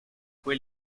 fue